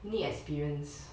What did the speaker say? you need experience